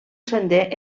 sender